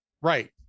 Right